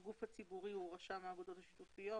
הגוף הציבורי הוא רשם האגודות השיתופיות